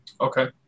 Okay